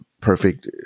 perfect